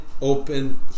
Open